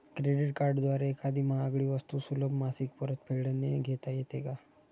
Credit कार्डद्वारे एखादी महागडी वस्तू सुलभ मासिक परतफेडने घेता येते का?